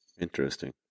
Interesting